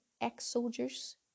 ex-soldiers